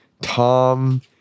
Tom